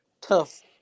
tough